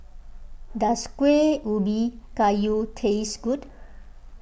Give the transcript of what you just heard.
does Kueh Ubi Kayu taste good